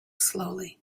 slowly